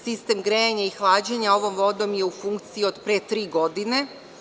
Sistem grejanja i hlađenja ovom vodom je u funkciji od pre tri godine.